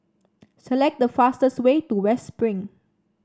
select the fastest way to West Spring